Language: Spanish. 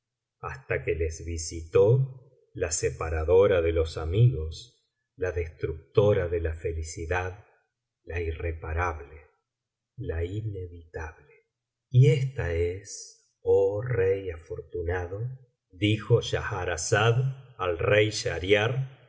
hasta que les visitó la separadora de los attñgos la destructora de la felicidad la irreparable la inevitable y esta es oh rey afortunado dijo schahrazada al rey